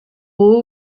hou